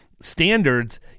standards